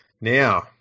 Now